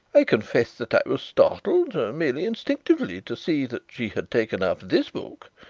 i confess that i was startled merely instinctively to see that she had taken up this book,